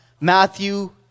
Matthew